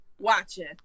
watching